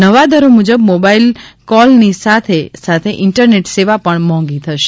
નવા દરો મુજબ મોબાઇકલ કોલની સાથે સાથે ઇન્ટરનેટ સેવા પણ મોંઘી થશે